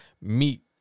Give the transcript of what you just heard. meet